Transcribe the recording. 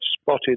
spotted